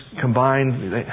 combined